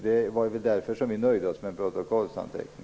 Det var därför som vi nöjde oss med en protokollsanteckning.